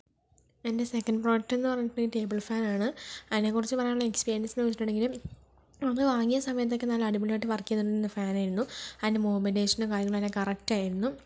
എൻ്റെ second product എന്ന് പറഞ്ഞിട്ടുണ്ടെങ്കിൽ ടേബിൾ ഫാൻ ആണ് അതിനെ കുറിച്ച് പറയുവാനുള്ള എക്സ്പീരിയൻസ് എന്ന് ചോദിച്ചിട്ടുണ്ടെങ്കിൽ അത് വാങ്ങിയ സമയത്തൊക്കെ നല്ല അടിപൊളി ആയിട്ട് വർക്ക് ചെയ്തു കൊണ്ടിരുന്ന ഫാൻ ആയിരുന്നു അതിൻ്റെ മൂമെൻ്റേഷനും കാര്യങ്ങളെല്ലാം കറക്റ്റ് ആയിരുന്നു